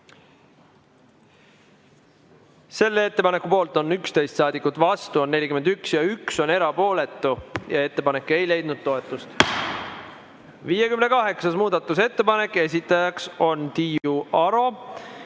Selle ettepaneku poolt on 11 saadikut, vastuolijaid on 41 ja 1 on erapooletu. Ettepanek ei leidnud toetust.58. muudatusettepanek, esitaja on Tiiu Aro